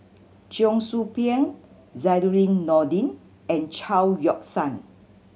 Cheong Soo Pieng Zainudin Nordin and Chao Yoke San